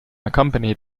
accompanied